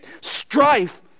strife